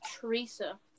Teresa